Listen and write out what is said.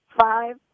Five